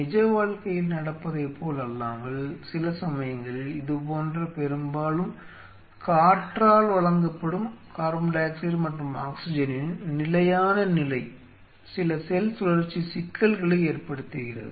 நிஜ வாழ்க்கையில் நடப்பதைப் போலல்லாமல் சில சமயங்களில் இதுபோன்ற பெரும்பாலும் காற்றால் வழங்கப்படும் CO2 மற்றும் ஆக்ஸிஜனின் நிலையான நிலை சில செல் சுழற்சி சிக்கல்களை ஏற்படுத்துகிறது